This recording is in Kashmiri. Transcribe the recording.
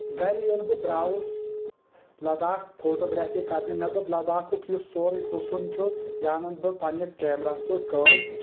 گرِ ییٚلہِ بہِ درٛاوُس لداخ فوٹوگرافی کرنہِ مےٚ دوٚپ لداخُک یُس سورے حسُن چھُ یہِ انن بہٕ پننِس کیمراہس منٛز قٲد